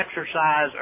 exercise